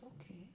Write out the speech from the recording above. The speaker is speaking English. okay